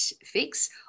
fix